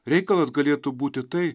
reikalas galėtų būti tai